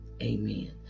Amen